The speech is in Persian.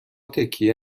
تکیه